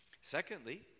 Secondly